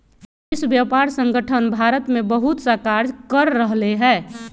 विश्व व्यापार संगठन भारत में बहुतसा कार्य कर रहले है